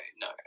no